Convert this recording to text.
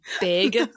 big